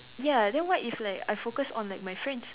ya then what if like I focus on like my friends